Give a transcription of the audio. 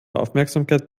aufmerksamkeit